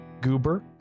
Goober